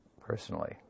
personally